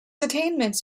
attainments